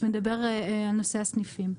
ונדבר על נושא הסניפים.